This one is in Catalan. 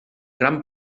gran